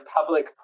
public